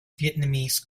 vietnamese